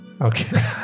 Okay